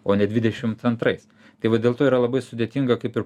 o ne dvidešimt antrais tai va dėl to yra labai sudėtinga kaip ir